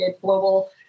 global